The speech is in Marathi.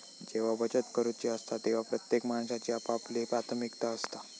जेव्हा बचत करूची असता तेव्हा प्रत्येक माणसाची आपापली प्राथमिकता असता